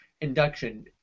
induction